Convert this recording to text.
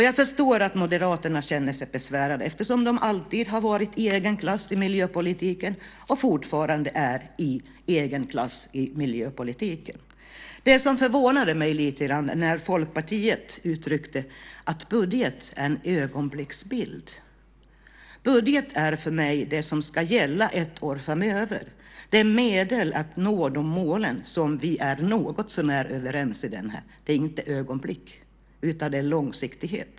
Jag förstår att Moderaterna känner sig besvärade eftersom de alltid har varit och fortfarande är i en egen klass i miljöpolitiken. Det förvånade mig lite grann när Folkpartiet uttryckte att budgeten är en ögonblicksbild. Budgeten är för mig det som ska gälla ett år framöver. Den är ett medel för att nå de mål som vi är något så när överens om. Det är inte ögonblick, utan det är långsiktighet.